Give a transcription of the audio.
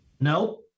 No